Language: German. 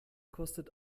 kostet